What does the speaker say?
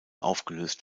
aufgelöst